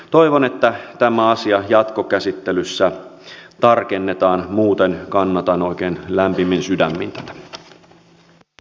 toivon että tämä asia jatkokäsittelyssä tarkennetaan muuten kannatan oikein lämpimin sydämin tätä